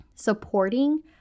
Supporting